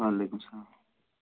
وعلیکُم سلام